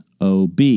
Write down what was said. OB